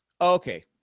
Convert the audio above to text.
Okay